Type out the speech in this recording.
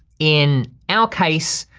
in our case,